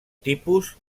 tipus